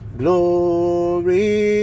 glory